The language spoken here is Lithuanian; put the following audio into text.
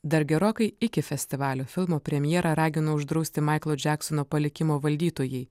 dar gerokai iki festivalio filmo premjerą ragino uždrausti maiklo džeksono palikimo valdytojai